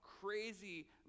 crazy